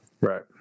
Right